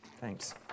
Thanks